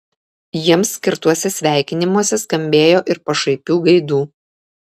jiems skirtuose sveikinimuose skambėjo ir pašaipių gaidų